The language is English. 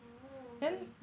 oh okay